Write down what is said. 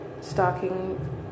stalking